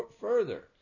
further